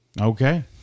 Okay